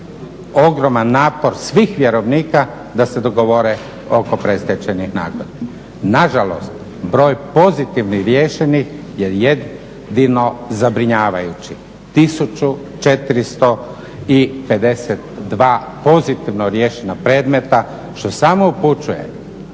ogroman napor svih vjerovnika da se dogovore oko predstječajnih nagodbi. Nažalost, broj pozitivno riješenih je jedino zabrinjavajući, 1452 pozitivno riješena predmeta što samo upućuje